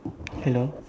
hello